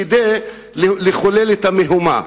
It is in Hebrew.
כדי לחולל את המהומה,